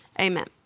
Amen